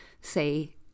say